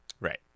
Right